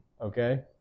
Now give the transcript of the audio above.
Okay